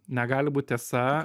negali būt tiesa